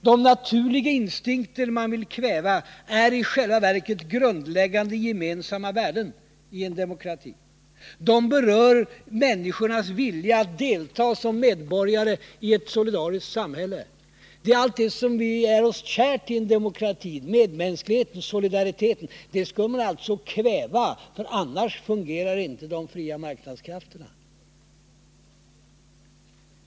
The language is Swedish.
De naturliga instinkterna man vill kväva är i själva verket grundläggande gemensamma värden i en demokrati. De berör människornas vilja att delta som medborgare i ett solidariskt samhälle, allt det som är oss kärt i en demokrati, medmänskligheten och solidariteten. Det skulle man alltså kväva, för annars fungerar inte de fria marknadskrafterna.